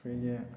ꯑꯩꯈꯣꯏꯒꯤ